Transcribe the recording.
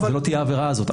זו לא תהיה העבירה הזאת.